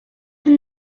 when